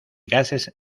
gases